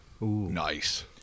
Nice